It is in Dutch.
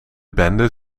bende